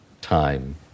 time